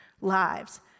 lives